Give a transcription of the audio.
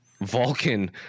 Vulcan